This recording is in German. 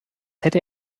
hätte